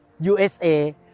USA